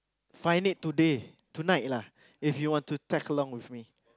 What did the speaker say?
find it today tonight lah if you want to tag along with me